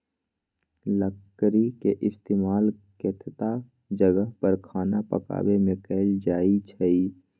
लकरी के इस्तेमाल केतता जगह पर खाना पकावे मे कएल जाई छई